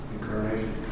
Incarnation